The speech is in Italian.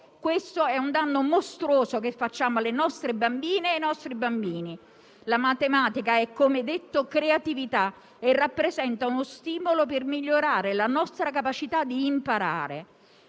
Questo è un danno mostruoso che facciamo alle nostre bambine e ai nostri bambini. La matematica - come ho detto - è creatività e rappresenta uno stimolo per migliorare la nostra capacità di imparare.